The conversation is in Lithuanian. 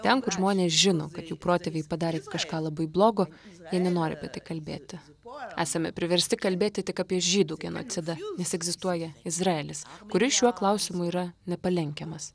ten kur žmonės žino kad jų protėviai padarė kažką labai blogo jie nenori apie tai kalbėti esame priversti kalbėti tik apie žydų genocidą nes egzistuoja izraelis kuris šiuo klausimu yra nepalenkiamas